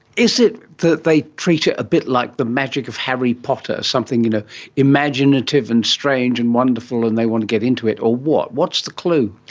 is it that they treat it a bit like the magic of harry potter, something you know imaginative and strange and wonderful and they want to get into it, or what? what's the clue?